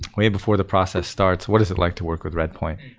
way before the process starts, what is it like to work with redpoint?